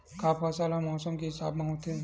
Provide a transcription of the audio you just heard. का फसल ह मौसम के हिसाब म होथे?